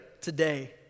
today